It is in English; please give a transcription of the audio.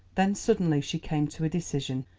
then suddenly she came to a decision.